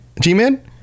G-Man